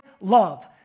love